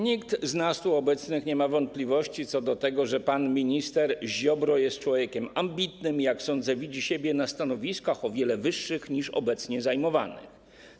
Nikt z nas tu obecnych nie ma wątpliwości co do tego, że pan minister Ziobro jest człowiekiem ambitnym i, jak sądzę, widzi siebie na stanowiskach o wiele wyższych niż obecnie zajmowane.